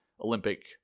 Olympic